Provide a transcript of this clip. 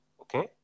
okay